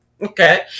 Okay